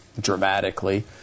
dramatically